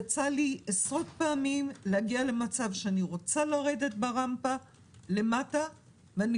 יצא לי עשרות פעמים להגיע למצב שאני רוצה לרדת ברמפה למטה ואני